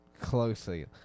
closely